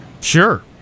Sure